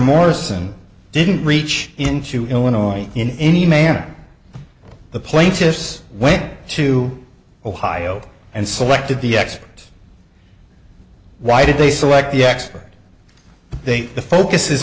morrison didn't reach into illinois in any manner the plaintiffs went to ohio and selected the expert why did they select the expert they focus is